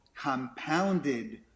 compounded